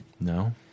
No